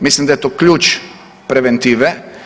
Mislim da je to ključ preventive.